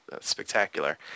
spectacular